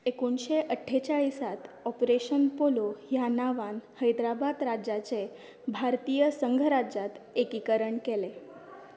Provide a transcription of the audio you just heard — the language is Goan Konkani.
एकोणशे अठ्ठेचाळीसात ऑपरेशन पोलो ह्या नांवान हैद्राबाद राज्याचें भारतीय संघराज्यात एकीकरण केलें